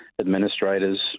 administrators